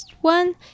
one